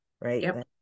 right